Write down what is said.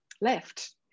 left